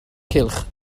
cylch